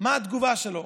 מה התגובה שלו,